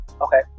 Okay